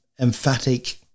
emphatic